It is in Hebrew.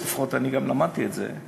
אני לפחות למדתי את זה,